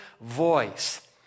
voice